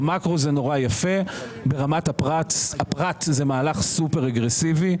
במקרו זה נורא יפה אבל ברמת הפרט זה מהלך סופר רגרסיבי.